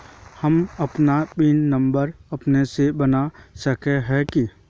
हम अपन PIN number अपने से बना सके है की?